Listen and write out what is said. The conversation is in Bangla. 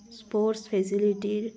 স্পোর্টস ফেসিলিটির